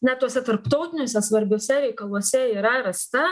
na tuose tarptautiniuose svarbiuose reikaluose yra rasta